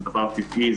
זה דבר טבעי,